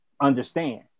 understand